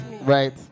right